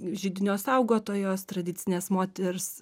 židinio saugotojos tradicinės moters